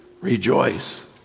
Rejoice